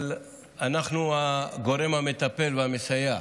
אבל אנחנו הגורם המטפל והמסייע.